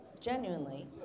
genuinely